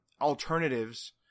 alternatives